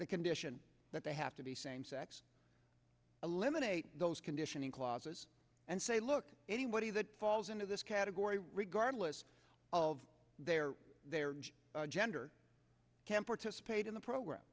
the condition that they have to be same sex eliminate those conditioning clauses and say look anybody that falls into this category regardless of their gender can participate in the program